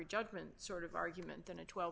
judgment sort of argument on a twelve